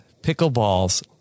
Pickleball's